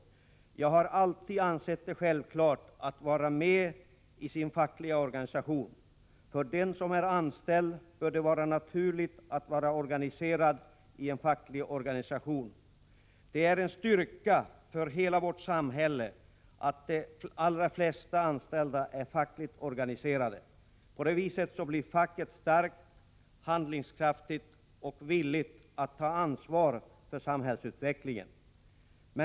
Jag har alltid ansett det vara självklart att man är med i facklig organisation. För den som är anställd bör det vara naturligt att vara organiserad i en facklig organisation. Det är en styrka för hela vårt samhälle att de allra flesta anställda är fackligt organiserade. På det viset blir facket starkt, handlingskraftigt och villigt att ta ansvar för samhällsutvecklingen. Bl.